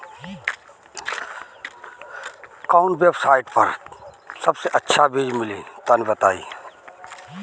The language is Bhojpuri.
कवन वेबसाइट पर सबसे अच्छा बीज मिली तनि बताई?